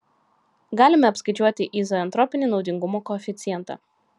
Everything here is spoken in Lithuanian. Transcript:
galime apskaičiuoti izoentropinį naudingumo koeficientą